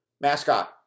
Mascot